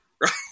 right